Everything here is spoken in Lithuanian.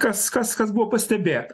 kas kas kas buvo pastebėta